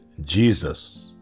Jesus